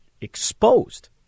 exposed